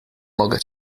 mogę